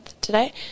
today